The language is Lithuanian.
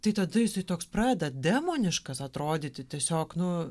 tai tada jisai toks pradeda demoniškas atrodyti tiesiog nu